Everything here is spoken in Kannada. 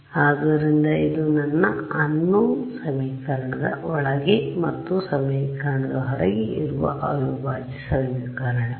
ಆದ್ದರಿಂದ ಇದು ನನ್ನ ಅನ್ನೋನ್ ಸಮೀಕರಣದ ಒಳಗೆ ಮತ್ತು ಸಮೀಕರಣದ ಹೊರಗೆ ಇರುವ ಅವಿಭಾಜ್ಯ ಸಮೀಕರಣವಾಗಿದೆ